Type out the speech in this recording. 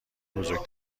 بزرگ